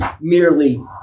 merely